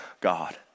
God